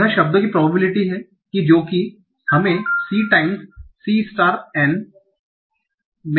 तो यह शब्दों की प्रॉबबिलिटि है कि जो कि हमे c times c star n में होना चाहिए